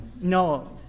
no